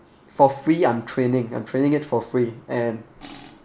for free I'm training I'm training it for free and